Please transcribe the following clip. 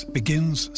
begins